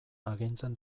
agintzen